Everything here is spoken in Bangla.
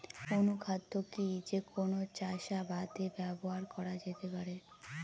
অনুখাদ্য কি যে কোন চাষাবাদে ব্যবহার করা যেতে পারে?